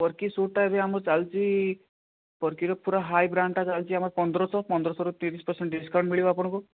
ସ୍ପରକି ସୁଟ୍ଟା ଏବେ ଆମର ଚାଲିଛି ସ୍ପରକିରେ ପୂରା ହାଇ ବ୍ରାଣ୍ଡ୍ଟା ଆମର ଚାଲିଛି ପନ୍ଦରଶହରୁ ତିରିଶ ପରସେଣ୍ଟ ଡିସକାଉଣ୍ଟ ମିଳିବ ଆପଣଙ୍କୁ